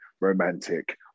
romantic